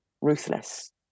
ruthless